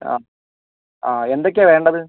ആ ആ എന്തൊക്കെയാണ് വേണ്ടത്